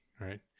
Right